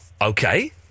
Okay